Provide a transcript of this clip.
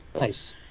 Nice